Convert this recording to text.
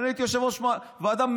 אני הייתי יושב-ראש ועדה.